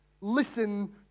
Listen